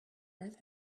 earth